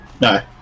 No